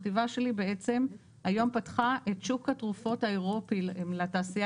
החטיבה שלי בעצם היום פתחה את שוק התרופות האירופי לתעשייה